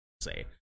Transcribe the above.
say